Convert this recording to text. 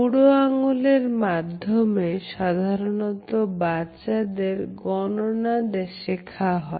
বুড়ো আঙ্গুল মাধ্যমে সাধারণত বাচ্চাদের গননা শেখা হয়